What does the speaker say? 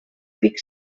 pic